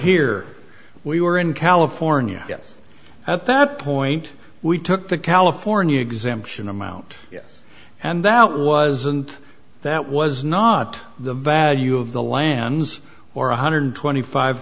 here we were in california at that point we took the california exemption amount and that wasn't that was not the value of the lands or one hundred twenty five